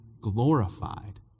Glorified